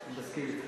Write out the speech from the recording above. אני מסכים אתך,